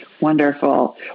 Wonderful